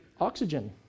oxygen